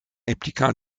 impliquant